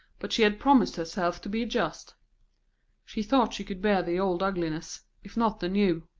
but she had promised herself to be just she thought she could bear the old ugliness, if not the new.